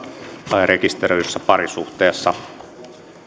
tai rekisteröidyssä parisuhteessa